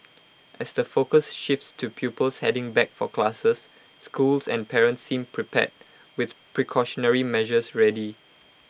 as the focus shifts to pupils heading back for classes schools and parents seem prepared with precautionary measures ready